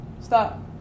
Stop